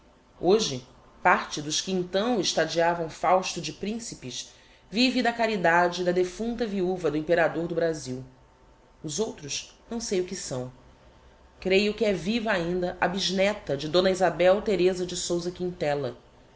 hoje parte dos que então estadeavam fausto de principes vive da caridade da defunta viuva do imperador do brazil os outros não sei o que são creio que é viva ainda a bisneta de d isabel thereza de sousa quintella